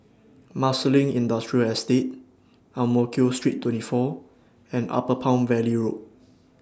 Marsiling Industrial Estate Ang Mo Kio Street twenty four and Upper Palm Valley Road